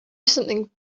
something